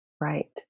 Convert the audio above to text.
right